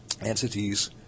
entities